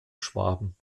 schwaben